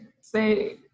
say